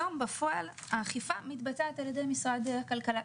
היום בפועל האכיפה מתבצעת על ידי משרד הכלכלה.